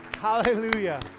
Hallelujah